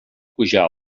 pujar